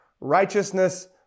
righteousness